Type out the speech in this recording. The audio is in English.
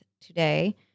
today